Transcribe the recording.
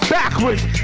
backwards